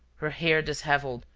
her hair dishevelled,